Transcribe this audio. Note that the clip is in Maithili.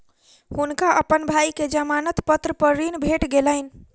हुनका अपन भाई के जमानत पत्र पर ऋण भेट गेलैन